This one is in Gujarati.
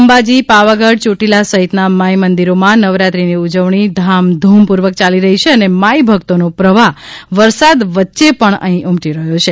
અંબાજી પાવાગઢ ચોટીલા સહિતના માઇમંદિરોમાં નવરાત્રીની ઉજવણી ધામધૂમપૂર્વક ચાલી રહી છે અને માઇભક્તોનો પ્રવાહ વરસાદ વચ્ચે પણ અહીં ઉમટી રહ્યો છે